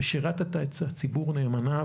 שירתת את הציבור נאמנה.